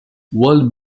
world